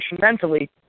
mentally